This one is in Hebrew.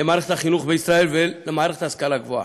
למערכת החינוך בישראל ולמערכת ההשכלה הגבוהה,